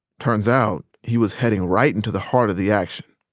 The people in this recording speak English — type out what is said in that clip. turns out, he was heading right into the heart of the action.